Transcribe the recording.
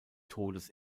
todes